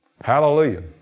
Hallelujah